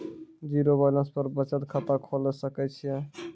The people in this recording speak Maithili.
जीरो बैलेंस पर बचत खाता खोले सकय छियै?